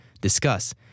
discuss